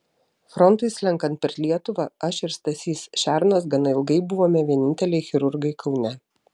frontui slenkant per lietuvą aš ir stasys šernas gana ilgai buvome vieninteliai chirurgai kaune